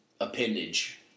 appendage